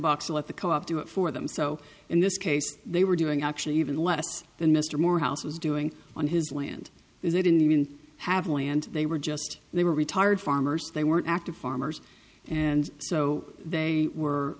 box let the co op do it for them so in this case they were doing actually even less than mr morehouse was doing on his land they didn't even have a land they were just they were retired farmers they weren't active farmers and so they were